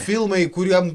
filmai kuriem